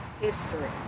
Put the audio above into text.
history